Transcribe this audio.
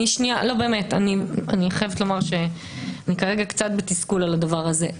אני כרגע קצת בתסכול על הדבר הזה.